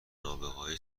نابغههای